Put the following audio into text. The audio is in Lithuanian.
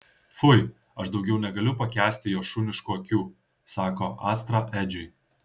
fui aš daugiau negaliu pakęsti jo šuniškų akių sako astra edžiui